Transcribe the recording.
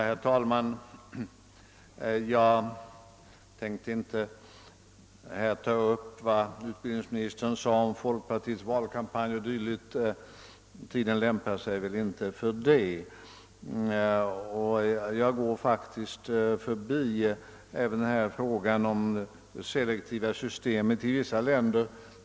Herr talman! Jag tänker inte här ta upp vad utbildningsministern.sade om folkpartiets valkampanj etc. Tiden räcker inte till för detta. Jag går faktiskt också förbi frågan om det selektiva systemet i vissa länder.